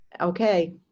Okay